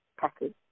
package